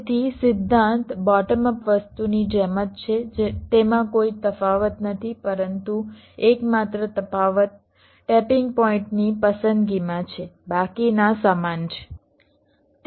તેથી સિદ્ધાંત bottom up વસ્તુની જેમ જ છે તેમાં કોઈ તફાવત નથી પરંતુ એકમાત્ર તફાવત ટેપિંગ પોઇન્ટની પસંદગીમાં છે બાકીના સમાન છે